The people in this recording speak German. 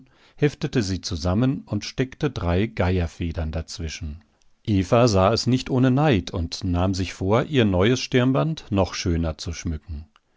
heftete sie zusammen und steckte drei geierfedern dazwischen eva sah es nicht ohne neid und nahm sich vor ihr neues stirnband noch schöner zu schmücken